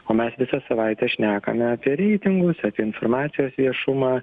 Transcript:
o mes visą savaitę šnekame apie reitingus apie informacijos viešumą